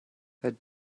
that